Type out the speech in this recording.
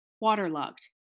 waterlogged